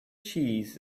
cheese